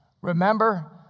Remember